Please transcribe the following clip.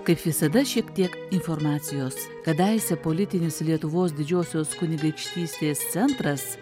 kaip visada šiek tiek informacijos kadaise politinis lietuvos didžiosios tas kunigaikštystės centras